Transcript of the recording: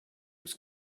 was